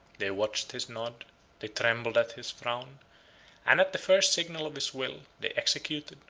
they watched his nod they trembled at his frown and at the first signal of his will, they executed,